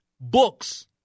books